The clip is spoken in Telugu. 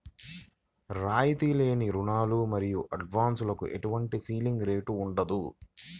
రాయితీ లేని రుణాలు మరియు అడ్వాన్సులకు ఎలాంటి సీలింగ్ రేటు ఉండదు